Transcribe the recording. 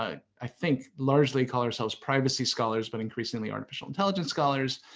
i i think, largely call ourselves privacy scholars but increasingly artificial intelligence scholars.